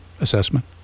assessment